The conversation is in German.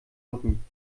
hocken